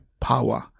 power